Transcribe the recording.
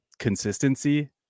consistency